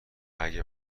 اگه